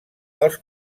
els